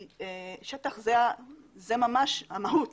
שטח, זאת ממש המהות.